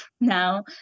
now